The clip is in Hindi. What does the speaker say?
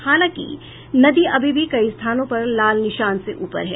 हालांकि नदी अभी भी कई स्थानों पर लाल निशान से ऊपर है